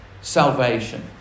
salvation